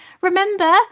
Remember